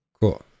Cool